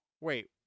Wait